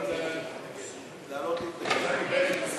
לעלות להתנגד.